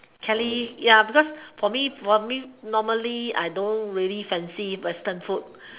kelly ya because for me for me for me normally I don't really fancy western food